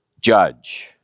judge